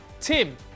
Tim